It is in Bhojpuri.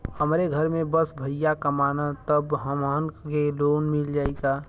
हमरे घर में बस भईया कमान तब हमहन के लोन मिल जाई का?